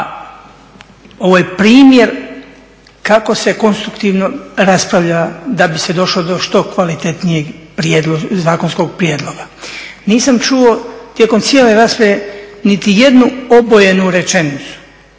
ovaj primjer kako se konstruktivno raspravlja da bi se došlo do što kvalitetnijeg zakonskog prijedloga. Nisam čuo tijekom cijele rasprave niti jednu obojenu rečenicu,